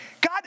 God